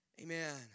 Amen